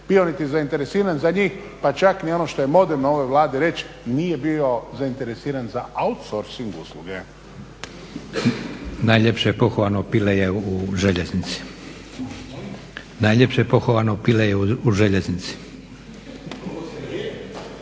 bio ni zainteresiran ni za njih pa čak ni ono što je moderno u ovoj Vladi reć, nije bio zainteresiran za outsourcing usluge. **Leko, Josip (SDP)** Najljepše pohano pile je u željeznici.